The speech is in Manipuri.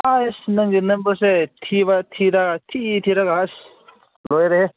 ꯑꯁ ꯅꯪꯒꯤ ꯅꯝꯕꯔꯁꯦ ꯊꯤꯕ ꯊꯤꯔꯒ ꯊꯤ ꯊꯤꯔꯒ ꯑꯁ ꯂꯣꯏꯔꯦꯍꯦ